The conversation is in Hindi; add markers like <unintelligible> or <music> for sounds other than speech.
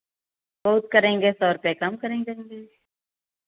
बहुत करेंगे सौ रुपये कम करेंगे <unintelligible>